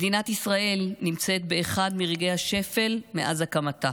מדינת ישראל נמצאת באחד מרגעי השפל מאז הקמתה,